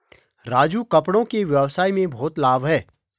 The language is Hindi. राजू कपड़ों के व्यवसाय में बहुत लाभ है